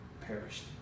perished